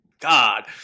God